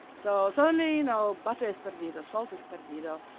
so suddenly, you know butter is perdido, salt is perdido.